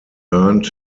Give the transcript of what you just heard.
earned